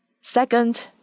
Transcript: second